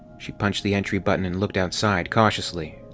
she punched the entry button and looked outside, cautiously.